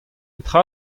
petra